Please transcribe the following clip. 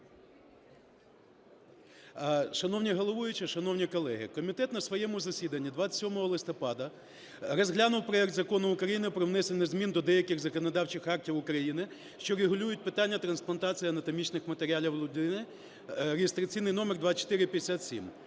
Шановний головуючий, шановні колеги! Комітет на своєму засіданні 27 листопада розглянув проект Закону України про внесення змін до деяких законодавчих актів України, що регулюють питання трансплантації анатомічних матеріалів людині (реєстраційний номер 2457).